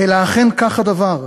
אלא אכן כך הדבר.